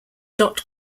dot